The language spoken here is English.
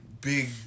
Big